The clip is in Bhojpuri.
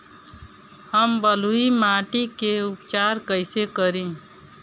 हम बलुइ माटी के उपचार कईसे करि?